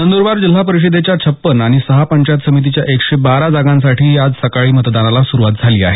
नंदरबार जिल्हा परिषदेच्या छप्पन्न आणि सहा पंचायत समितीच्या एकशे बारा जागांसाठीही आज सकाळी मतदानाला सुरवात झाली आहे